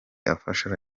afasha